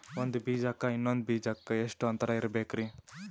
ಒಂದ್ ಬೀಜಕ್ಕ ಇನ್ನೊಂದು ಬೀಜಕ್ಕ ಎಷ್ಟ್ ಅಂತರ ಇರಬೇಕ್ರಿ?